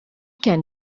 can